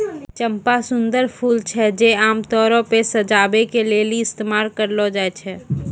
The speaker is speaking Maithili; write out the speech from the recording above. चंपा सुंदर फूल छै जे आमतौरो पे सजाबै के लेली इस्तेमाल करलो जाय छै